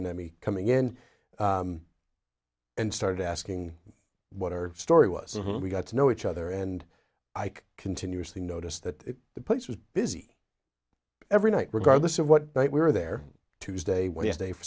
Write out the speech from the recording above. myself and i me coming in and started asking what our story was we got to know each other and ike continuously noticed that the place was busy every night regardless of what night we were there tuesday wednesday for